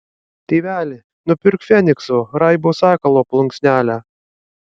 tėveli nupirk fenikso raibo sakalo plunksnelę